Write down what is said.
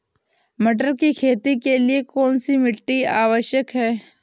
मटर की खेती के लिए कौन सी मिट्टी आवश्यक है?